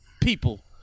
people